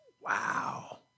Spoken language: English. Wow